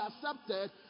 accepted